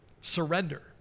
surrender